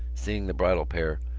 seeing the bridal pair,